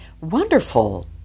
wonderful